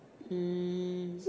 hmm